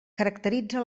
caracteritza